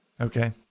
Okay